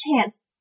chance